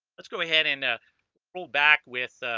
let's go ahead and ah pull back with